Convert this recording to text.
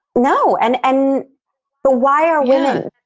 no. and and but why are women?